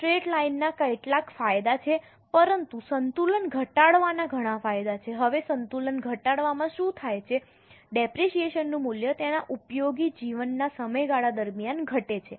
straight line ના કેટલાક ફાયદા છે પરંતુ સંતુલન ઘટાડવાના ઘણા ફાયદા છે હવે સંતુલન ઘટાડવામાં શું થાય છે ડેપરેશીયેશનનું મૂલ્ય તેના ઉપયોગી જીવનના સમયગાળા દરમિયાન ઘટે છે